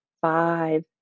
five